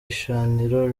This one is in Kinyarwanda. ishiraniro